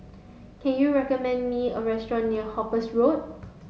can you recommend me a restaurant near Hooper's Road